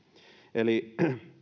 eli